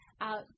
out